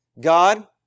God